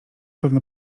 pewno